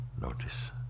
Notice